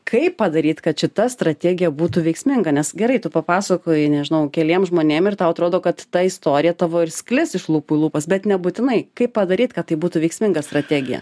kaip padaryt kad šita strategija būtų veiksminga nes gerai tu papasakojai nežinau keliem žmonėm ir tau atrodo kad ta istorija tavo ir sklis iš lūpų į lūpas bet nebūtinai kaip padaryt kad tai būtų veiksminga strategija